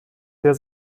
der